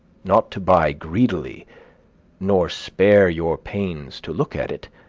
not to buy greedily nor spare your pains to look at it,